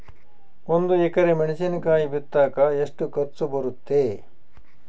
ಒಂದು ಎಕರೆ ಮೆಣಸಿನಕಾಯಿ ಬಿತ್ತಾಕ ಎಷ್ಟು ಖರ್ಚು ಬರುತ್ತೆ?